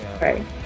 Right